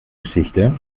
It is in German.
geschichte